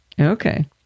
Okay